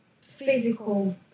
physical